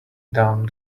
down